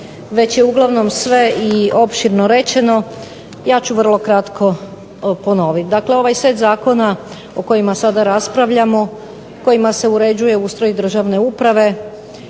već je uglavnom sve opširno rečeno, ja ću vrlo kratko govoriti. Dakle, ovaj set zakona o kojima sada raspravljamo u kojima se uređuje ustroj državne uprave